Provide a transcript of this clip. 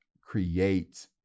create